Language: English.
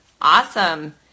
Awesome